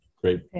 great